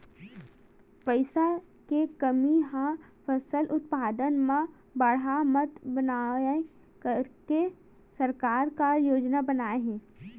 पईसा के कमी हा फसल उत्पादन मा बाधा मत बनाए करके सरकार का योजना बनाए हे?